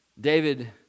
David